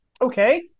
Okay